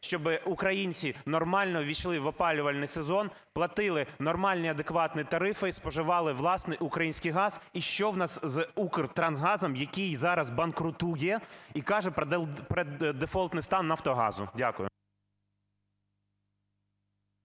щоб українці нормально увійшли в опалювальний сезон, платили нормальні, адекватні тарифи і споживали власний, український газ? І що у нас з "Укртрансгазом", який зараз банкрутує і каже про дефолтний стан "Нафтогазу"? Дякую.